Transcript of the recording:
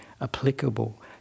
applicable